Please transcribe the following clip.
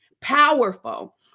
powerful